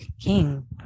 king